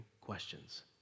questions